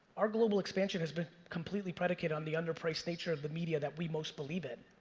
our global expansion has been completely predicated on the under-priced nature of the media that we most believe in.